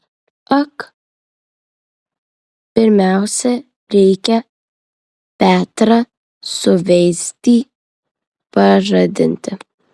ak pirmiausia reikia petrą suveizdį pažadinti